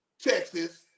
Texas